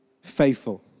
faithful